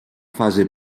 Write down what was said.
fase